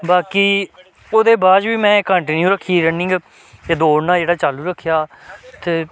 बाकी ओह्दे बाद च बी में कंटीन्यू रक्खी रनिंग ते दौड़ना जेह्ड़ा चालू रक्खेआ ते